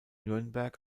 nürnberg